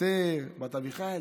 אסתר בת אביחיל.